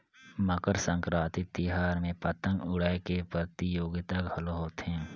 मकर संकरांति तिहार में पतंग उड़ाए के परतियोगिता घलो होथे